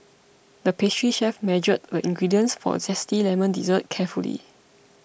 the pastry chef measured the ingredients for a Zesty Lemon Dessert carefully